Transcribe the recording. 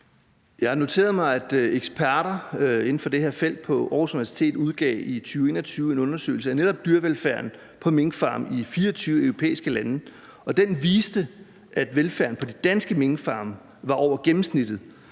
har noteret mig, at eksperter inden for det her felt på Aarhus Universitet i 2021 udgav en undersøgelse af netop dyrevelfærden på minkfarme i 24 europæiske lande, og den viste, at velfærden på de danske minkfarme var over gennemsnittet.